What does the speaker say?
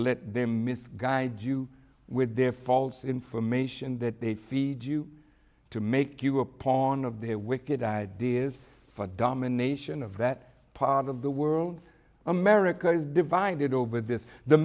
let them misguided you with their false information that they feed you to make you a pawn of their wicked ideas for domination of that part of the world america is divided over this the